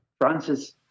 Francis